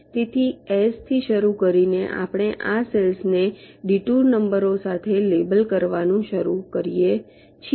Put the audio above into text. તેથી S થી શરૂ કરીને આપણે આ સેલ્સ ને ડિટુર નંબરો સાથે લેબલ કરવાનું શરૂ કરીએ છીએ